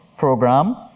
Program